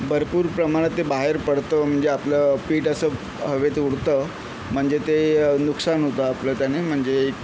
भरपूर प्रमाणात ते बाहेर पडतं म्हणजे आपलं पीठ असं हवेत उडतं म्हणजे ते नुकसान होतं आपलं त्याने म्हणजे